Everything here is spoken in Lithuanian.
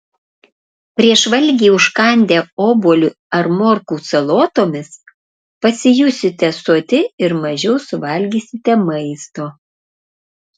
prieš valgį užkandę obuoliu ar morkų salotomis pasijusite soti ir mažiau suvalgysite maisto